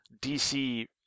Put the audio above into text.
DC